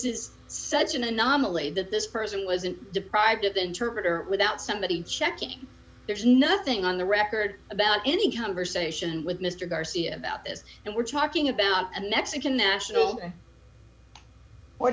is such an anomaly that this person wasn't deprived of the interpreter without somebody checking there's nothing on the record about any conversation with mr garcia about this and we're talking about a mexican national or